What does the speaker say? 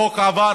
החוק עבר.